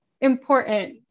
important